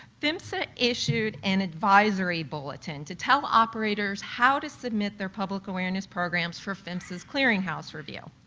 phmsa issued an advisory bulletin to tell operators how to submit their public awareness programs for phmsa clearinghouse review.